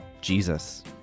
Jesus